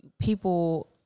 people